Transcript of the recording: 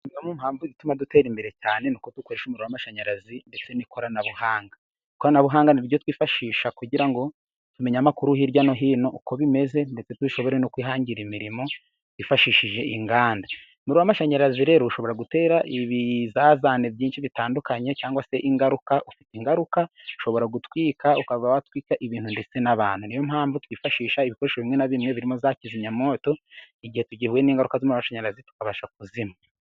Zimwe mu mpamvu zituma dutera imbere cyane ni uko dukoresha umuriro w'amashanyarazi, ndetse n'ikoranabuhanga. Ikoranabuhanga n'iryo twifashisha kugira ngo tumenye amakuru hirya no hino uko bimeze, ndetse tubishobore no kwihangira imirimo yifashishije inganda. Umuriro w'amashanyarazi rero, ushobora gutera ibizazane byinshi bitandukanye cyangwa se ingaruka. Ufite ingaruka: ushobora gutwika, ukaba watwika ibintu ndetse n'abantu. Ni yo mpamvu twifashisha ibikoresho bimwe na bimwe, birimo za kizimyamwoto, igihe duhuye n'ingaruka z'umuriro w'amashanyarazi tukabasha kuzimya.